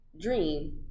dream